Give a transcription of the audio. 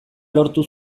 lortu